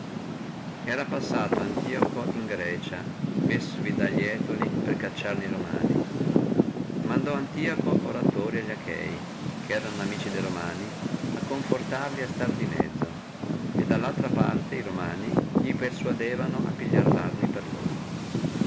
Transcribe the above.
era passato in grecia antioco messovi dalli etoli per cacciarne romani mandò antioco ambasciatori alli achei che erano amici de romani a confortarli a stare di mezzo e da altra parte romani li persuadevano a pigliare le arme per loro